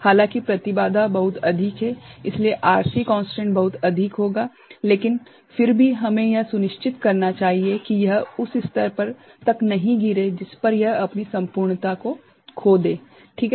हालांकि प्रतिबाधाबहुत अधिक है इसलिए आरसी कोंस्टेंट बहुत अधिक होगा लेकिन फिर भी हमें यह सुनिश्चित करना चाहिए कि यह उस स्तर तक नहीं गिरे जिस पर यह अपनी संपूर्णता को खो दे क्या यह ठीक है